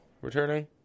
returning